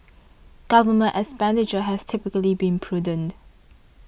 government expenditure has typically been prudent